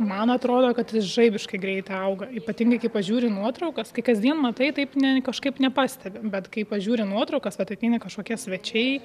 man atrodo kad jis žaibiškai greitai auga ypatingai kai pažiūri nuotraukas kai kasdien matai taip netgi kažkaip nepastebi bet kai pažiūri nuotraukas vat ateina kažkokie svečiai